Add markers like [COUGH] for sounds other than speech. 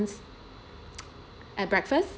[NOISE] at breakfast